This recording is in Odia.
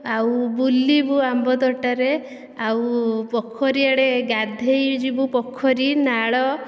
ଆଉ ବୁଲିବୁ ଆମ୍ବ ତୋଟାରେ ଆଉ ପୋଖରୀ ଆଡ଼େ ଗାଧୋଇ ଯିବୁ ପୋଖରୀ ନାଳ